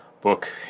book